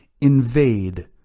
invade